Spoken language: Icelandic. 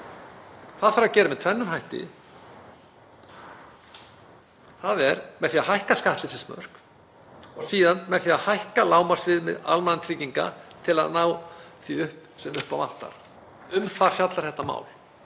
Það þarf að gera með tvennum hætti. Það er með því að hækka skattleysismörk og síðan með því að hækka lágmarksviðmið almannatrygginga til að ná því upp sem upp á vantar. Um það fjallar þetta mál.